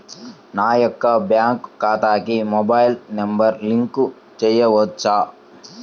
నా యొక్క బ్యాంక్ ఖాతాకి మొబైల్ నంబర్ లింక్ చేయవచ్చా?